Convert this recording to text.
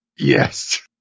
Yes